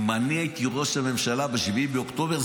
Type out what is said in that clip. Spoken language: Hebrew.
אם אני הייתי ראש הממשלה ב-7 באוקטובר,